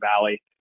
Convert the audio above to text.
Valley